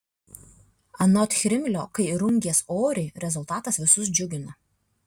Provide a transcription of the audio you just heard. anot chrimlio kai rungies oriai rezultatas visus džiugina